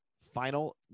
final